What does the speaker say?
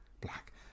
Black